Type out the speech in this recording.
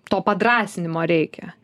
to padrąsinimo reikia